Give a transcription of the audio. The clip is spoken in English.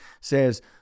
says